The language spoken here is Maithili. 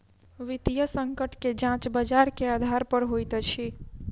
वित्तीय संकट के जांच बजार के आधार पर होइत अछि